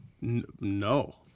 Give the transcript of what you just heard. No